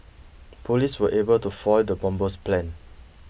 police were able to foil the bomber's plan